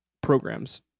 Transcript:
programs